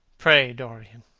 pray, dorian,